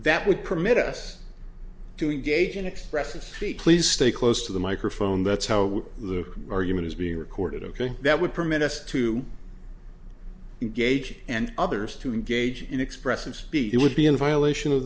that would permit us to engage in expresses the please stay close to the microphone that's how the argument is being recorded ok that would permit us to engage and others to engage in expressive speech it would be in violation of